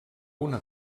una